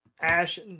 Ash